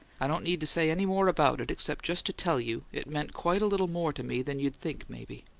i don't need to say any more about it, except just to tell you it meant quite a little more to me than you'd think, maybe.